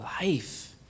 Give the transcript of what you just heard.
life